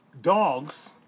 dogs